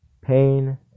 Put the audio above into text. pain